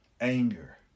Anger